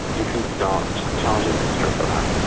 you can start charging extra for that.